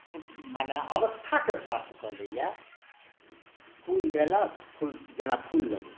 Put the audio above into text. मने अवस्थाकेँ प्राप्त कऽ लैए फूल देलक फूल जेना फूल लगैए